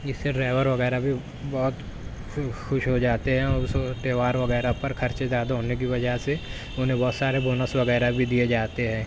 جس سے ڈرائیور وغیرہ بھی بہت خوش ہو جاتے ہیں اور اس تہوار وغیرہ پر خرچے زیادہ ہونے کی وجہ سے انہیں بہت سارے بونس وغیرہ بھی دیے جاتے ہیں